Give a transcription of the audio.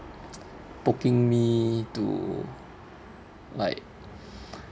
poking me to like